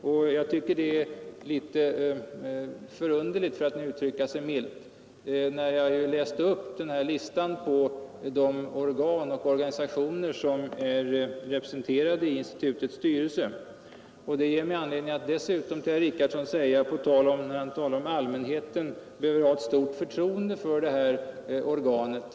Jag tycker det är litet förunderligt, för att nu uttrycka sig milt, när jag läst upp listan över de organ och organisationer som är representerade i institutets styrelse, Herr Richardson sade dessutom att allmänheten behöver ha ett stort förtroende för det här organet.